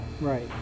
Right